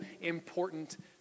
important